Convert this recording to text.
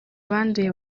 banduye